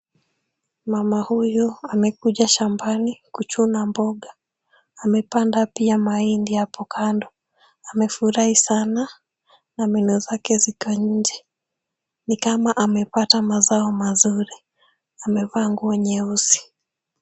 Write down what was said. Mama huyu amekuja shambani kuchuna mboga. Amepanda pia mahindi hapo kando. Amefurahi sana na meno zake ziko nje, ni kama amepata mazao mazuri. Amevaa nguo nyeusi.